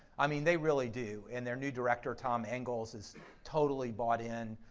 i mean they really do, and their new director tom engalls is totally bought in,